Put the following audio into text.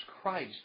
Christ